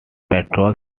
patrol